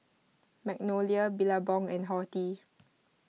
Magnolia Billabong and Horti